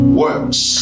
works